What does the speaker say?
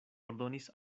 ordonis